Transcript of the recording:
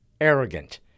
arrogant